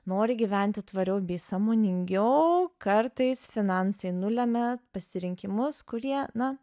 nori gyventi tvariau bei sąmoningiau kartais finansai nulemia pasirinkimus kurie na